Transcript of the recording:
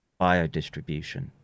biodistribution